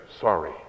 Sorry